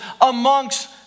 amongst